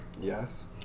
yes